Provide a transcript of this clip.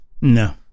No